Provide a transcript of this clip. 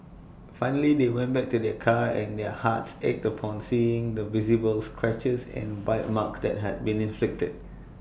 finally they went back to their car and their hearts ached upon seeing the visible scratches and bite marks that had been inflicted